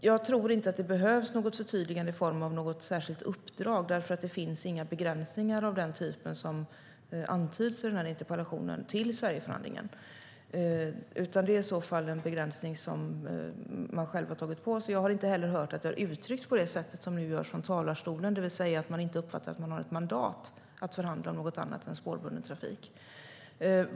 Jag tror inte att det behövs något förtydligande i form av ett särskilt uppdrag, för det finns inga begränsningar för Sverigeförhandlingen av den typ som antyds i interpellationen. Det är i så fall en begränsning man själv har tagit på sig. Jag har inte heller hört att det har uttryckts på det sättet som nu görs i talarstolen, det vill säga att man inte uppfattar att man har ett mandat att förhandla om något annat än spårbunden trafik.